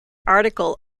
article